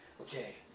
okay